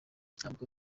ntabwo